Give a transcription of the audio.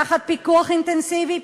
תחת פיקוח אינטנסיבי,